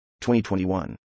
2021